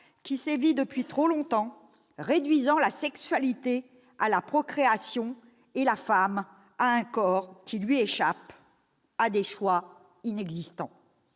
qui sévit depuis trop longtemps, réduisant la sexualité à la procréation et la femme à un corps qui lui échappe, à des choix inexistants.